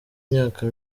imyaka